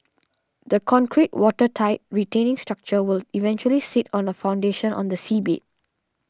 the concrete watertight retaining structure will eventually sit on a foundation on the seabed